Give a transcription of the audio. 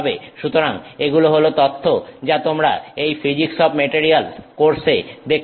সুতরাং এগুলো হল তথ্য যা তোমরা এই ফিজিক্স অফ মেটারিয়ালস কোর্সে দেখতে পারো